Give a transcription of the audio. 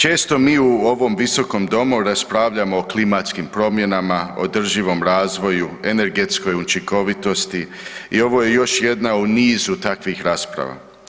Često mi u ovom Visokom domu raspravljamo o klimatskim promjenama, o održivom razvoju, energetskoj učinkovitosti i ovo je još jedna u nizu takvih rasprava.